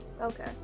Okay